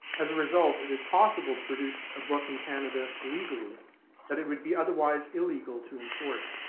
as a result it is possible to produce a book in canada legally that it would be otherwise illegal to import.